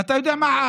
אתה יודע מה,